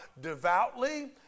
devoutly